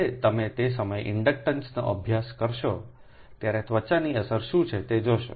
જ્યારે તમે તે સમયે ઇન્ડક્ટન્સનો અભ્યાસ કરશો ત્યારે ત્વચાની અસર શું છે તે જોશે